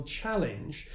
challenge